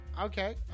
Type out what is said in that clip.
okay